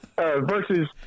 versus